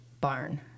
Barn